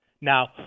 Now